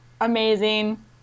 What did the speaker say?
amazing